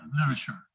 literature